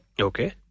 Okay